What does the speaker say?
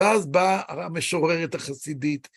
ואז באה המשוררת החסידית.